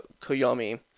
Koyomi